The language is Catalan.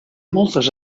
moltes